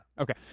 Okay